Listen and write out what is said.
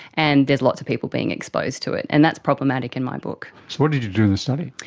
and there's lots of people being exposed to it, and that's problematic in my book. so what did you do in this study?